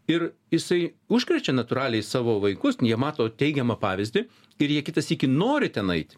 ir jisai užkrečia natūraliai savo vaikus jie mato teigiamą pavyzdį ir jie kitą sykį nori ten eit